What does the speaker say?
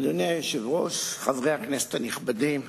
אדוני היושב-ראש, חברי הכנסת הנכבדים,